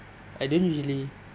I don't usually